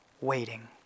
waiting